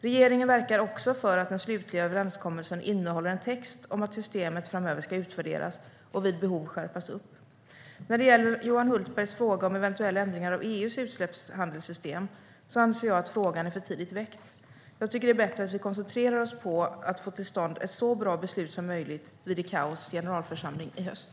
Regeringen verkar också för att den slutliga överenskommelsen innehåller en text om att systemet framöver ska utvärderas och vid behov skärpas upp. När det gäller Johan Hultbergs fråga om eventuella ändringar av EU:s utsläppshandelssystem anser jag att frågan är för tidigt väckt. Jag tycker det är bättre att vi koncentrerar oss på att få till stånd ett så bra beslut som möjligt vid ICAO:s generalförsamling i höst.